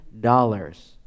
dollars